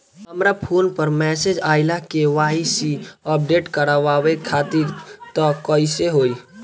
हमरा फोन पर मैसेज आइलह के.वाइ.सी अपडेट करवावे खातिर त कइसे होई?